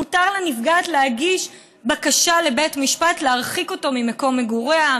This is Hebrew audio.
מותר לנפגעת להגיש בקשה לבית משפט להרחיק אותו ממקום מגוריה,